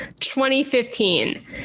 2015